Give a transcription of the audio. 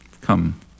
come